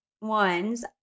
ones